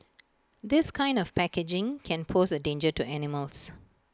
this kind of packaging can pose A danger to animals